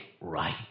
right